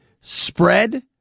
spread